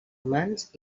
humans